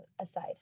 aside